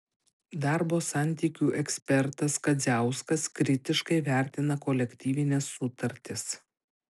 darbo santykių ekspertas kadziauskas kritiškai vertina kolektyvines sutartis